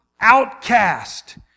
outcast